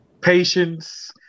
patience